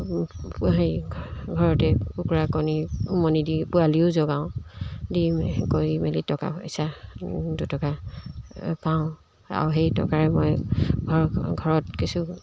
সেই ঘৰতে কুকুৰা কণী উমনি দি পোৱালিও জগাওঁ দি কৰি মেলি টকা পইচা দুটকা পাওঁ আৰু সেই টকাৰে মই ঘৰ ঘৰত কিছু